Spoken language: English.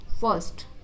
first